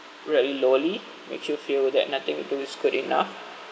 really lowly makes you feel that nothing you do is good enough